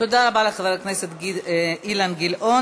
תודה רבה לחבר הכנסת אילן גילאון.